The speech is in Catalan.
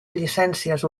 llicències